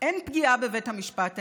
אין פגיעה בבית המשפט העליון,